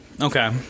Okay